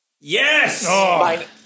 Yes